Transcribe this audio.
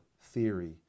theory